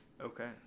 Okay